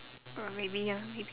uh maybe ah maybe